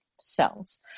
cells